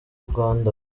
rwanda